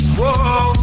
Whoa